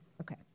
Okay